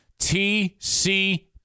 TC